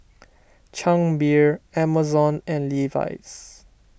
Chang Beer Amazon and Levi's